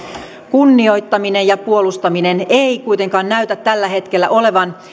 kunnioittaminen ja puolustaminen ei kuitenkaan näytä tällä hetkellä olevan